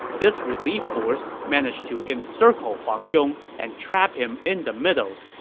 this relief force managed to encircle huang zhong and trap him in the middle.